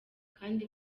kandi